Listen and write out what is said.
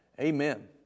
amen